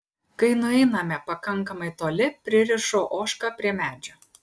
kai nueiname pakankamai toli pririšu ožką prie medžio